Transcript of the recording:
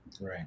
Right